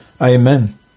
amen